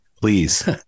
please